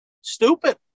Stupid